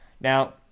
Now